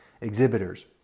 exhibitors